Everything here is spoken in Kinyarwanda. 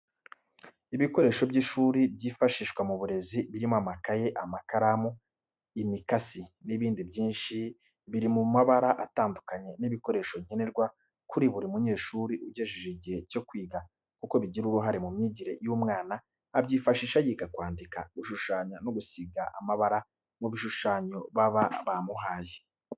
Ibikoresho by'ishuri byifashishwa mu burezi birimo amakaye, amakaramu, imikasi, n'ibindi byinshi birimumabara atandukanye n'ibikoresho nkenerwa kuri buri munyeshuri ugejeje igihe cyo kwiga kuko bigira uruhare mu myigire y'umwana abyifashisha yiga kwandika, gushushanya no gusiga amabara mu bishushanyo baba bamuhaye.